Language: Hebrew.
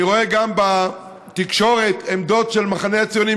אני רואה גם בתקשורת עמדות של המחנה הציוני,